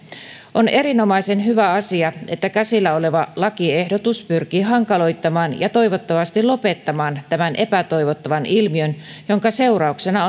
on erinomaisen hyvä asia että käsillä oleva lakiehdotus pyrkii hankaloittamaan ja toivottavasti lopettamaan tämän epätoivottavan ilmiön jonka seurauksena